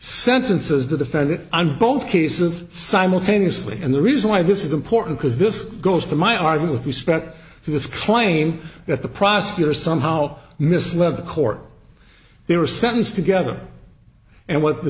sentences the defendant and both cases simultaneously and the reason why this is important because this goes to my argue with respect to this claim that the prosecutor somehow misled the court they were sentenced together and what th